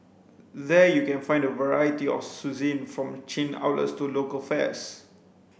there you can find a variety of from chain outlets to local fares